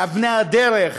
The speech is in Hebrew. באבני הדרך,